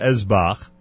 Ezbach